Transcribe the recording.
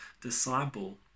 disciple